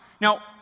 Now